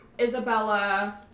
Isabella